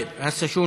[רשומות (הצעות חוק,